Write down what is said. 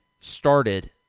started